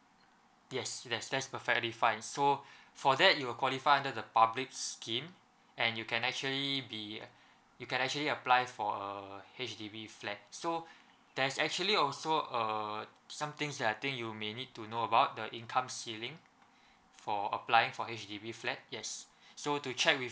yes yes that's perfectly fine so for that you will qualify under the public scheme and you can actually be you can actually apply for a H_D_B flat so there's actually also uh some things that I think you may need to know about the income ceiling for applying for H_D_B flat yes so to check with